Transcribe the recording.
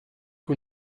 que